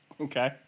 Okay